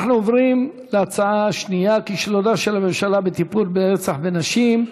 אנחנו עוברים להצעה השנייה: כישלונה של הממשלה בטיפול ברצח נשים,